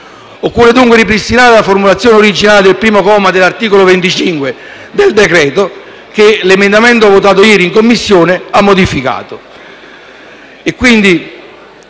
Occorre dunque ripristinare la formulazione originale del primo comma dell’articolo 25 del decreto-legge, che l’emendamento votato ieri in Commissione ha modificato